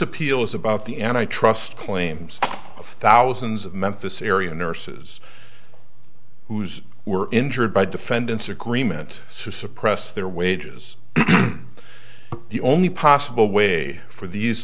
appeal is about the end i trust claims of thousands of memphis area nurses whose were injured by defendant's agreement suppress their wages the only possible way for these